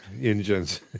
engines